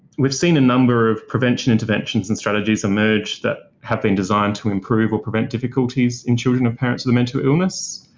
we've seen a number of prevention, interventions and strategies emerge that have been designed to improve or prevent difficulties in children of parents with a mental illness.